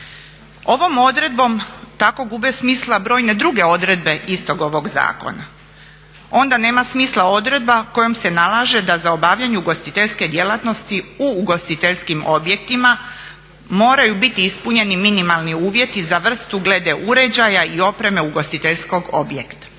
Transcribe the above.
Ovom odredbom tako gube smisla brojne druge odredbe istog ovog zakona onda nema smisla odredba kojom se nalaže da za obavljanje ugostiteljske djelatnosti u ugostiteljskim objektima moraju biti ispunjeni minimalni uvjeti za vrstu glede uređaja i opreme ugostiteljskog objekta.